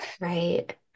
Right